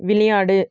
விளையாடு